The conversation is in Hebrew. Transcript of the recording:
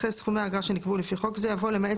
אחרי "סכומי האגרה שנקבעו לפי חוק זה" יבוא "למעט